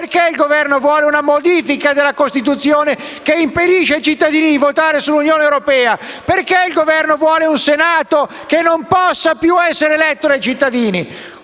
Perché il Governo vuole una modifica della Costituzione che impedisce ai cittadini di votare sull'Unione europea? Perché il Governo vuole un Senato che non possa più essere eletto dai cittadini?